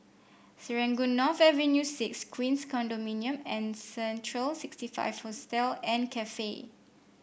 Serangoon North Avenue Six Queens Condominium and Central sixty five Hostel and Cafe